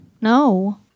No